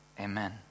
Amen